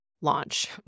launch